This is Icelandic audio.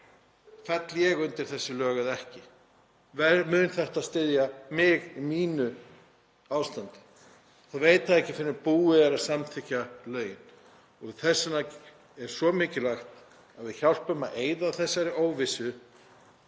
Fell ég undir þessi lög eða ekki? Mun þetta styðja mig í mínu ástandi? Það veit það ekki fyrr en búið er að samþykkja lögin. Þess vegna er svo mikilvægt að við hjálpum til við að eyða þessari óvissu